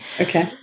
Okay